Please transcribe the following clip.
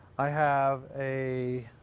i have a